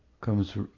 comes